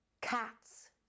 cats